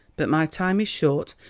but my time is short,